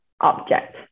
object